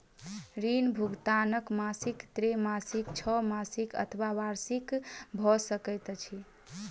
ऋण भुगतान मासिक त्रैमासिक, छौमासिक अथवा वार्षिक भ सकैत अछि